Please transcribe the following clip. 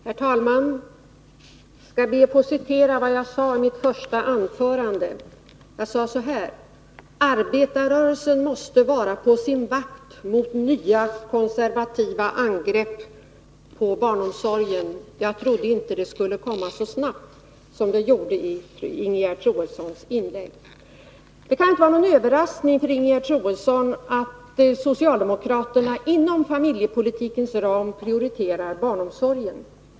Herr talman! Jag skall be att få citera vad jag sade i mitt första anförande: ”Arbetarrörelsen måste vara på sin vakt mot nya konservativa angrepp på barnomsorgen.” Jag trodde inte att de skulle komma så snabbt som de gjorde i Ingegerd Troedssons inlägg. Det kan inte vara någon överraskning för Ingegerd Troedsson att socialdemokraterna inom familjepolitikens ram prioriterar barnomsorgen.